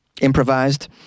improvised